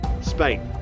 Spain